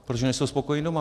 Proč nejsou spokojení doma?